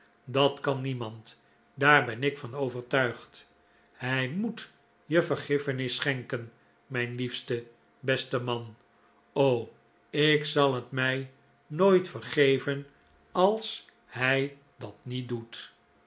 dat kan niemand daar ben ik van overtuigd hij moet je vergiffenis schenken mijn liefste beste man o ik zal het mij nooit vergeven als hij dat niet doet